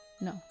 No